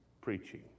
preaching